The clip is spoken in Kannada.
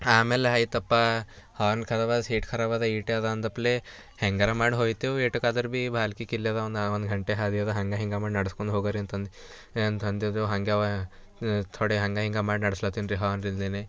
ಆಮೇಲೆ ಆಯಿತಪ್ಪ ಹಾರ್ನ್ ಖರಾಬದ ಸೀಟ್ ಖರಾಬದ ಇಟ್ಟು ಅದ ಅಂದಪ್ಪಲೇ ಹೇಗರ ಮಾಡಿ ಹೋಯ್ತೆವು ಎಟ್ಟುಕಾದರು ಭಿ ಬಾಲ್ಕಿಕಿಲ್ಲದ ಒಂದು ಒಂದು ಘಂಟೆ ಹಾದಿ ಆದ ಹಂಗೆ ಹಿಂಗೆ ಮಾಡಿ ನಡಸ್ಕೊಂಡು ಹೋಗರಿ ಅಂತಂದು ಅಂತಂದಿದೇವು ಹಾಗ್ಯಾವ ಥೊಡೆ ಹಂಗೆ ಹಿಂಗೆ ಮಾಡಿ ನಡೆಸಲತ್ತಿನ್ರಿ ಹಾರ್ನ್ನಿಲ್ಲದೇನೆ